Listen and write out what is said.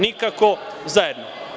Nikako zajedno.